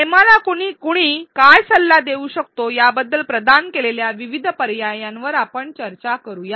हेमाला कुणी काय सल्ला देऊ शकतो याबद्दल प्रदान केलेल्या विविध पर्यायांवर आपण चर्चा करूया